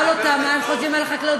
תשאל אותם מה הם חושבים על החקלאות,